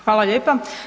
Hvala lijepa.